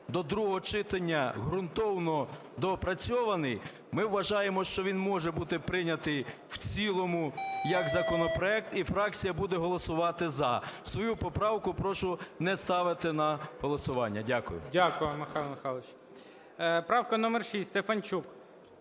до другого читання ґрунтовно доопрацьований, ми вважаємо, що він може бути прийнятий в цілому як законопроект. І фракція буде голосувати "за". Свою поправку прошу не ставити на голосування. Дякую. ГОЛОВУЮЧИЙ. Дякую, Михайло Михайлович. Правка номер 6, Стефанчук.